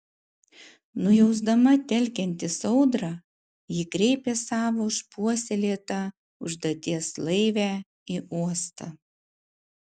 nujausdama telkiantis audrą ji kreipė savo išpuoselėtą užduoties laivę į uostą